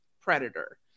predator